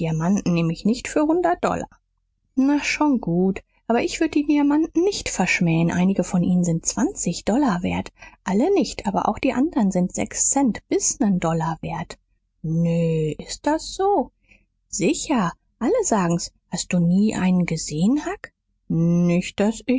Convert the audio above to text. ich nicht für hundert dollars na schon gut aber ich würd die diamanten nicht verschmähn einige von ihnen sind zwanzig dollar wert alle nicht aber auch die andern sind sechs cent bis nen dollar wert nee ist das so sicher alle sagen's hast du nie einen gesehn huck nicht daß